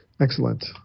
Excellent